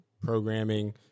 programming